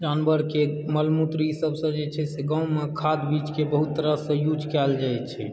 जानवरके मलमूत्र ईसभ जे छै से गाँवमऽ खाद बीजके बहुत तरहसँ यूज कयल जाइ छै